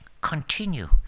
continue